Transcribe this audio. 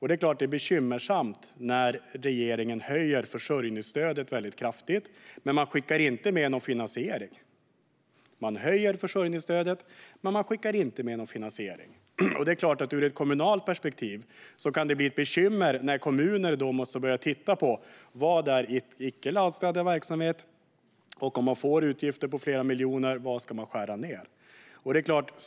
Det är bekymmersamt när regeringen höjer försörjningsstödet väldigt kraftigt men inte skickar med någon finansiering. Man höjer försörjningsstödet, men man skickar inte med någon finansiering. Det är klart att det ur ett kommunalt perspektiv kan bli bekymmer när kommuner måste börja titta på: Vad är icke lagstadgad verksamhet? Var ska man skära ned om man får utgifter på flera miljoner?